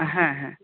ᱦᱮᱸ ᱦᱮᱸ